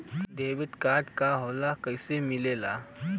Debit card का होला कैसे मिलेला?